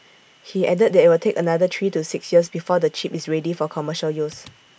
he added that IT will take another three to six years before the chip is ready for commercial use